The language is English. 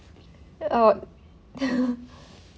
yup